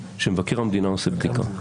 שמבקר המדינה עושה בדיקה.